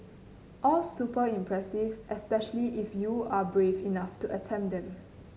all super impressive especially if you are brave enough to attempt them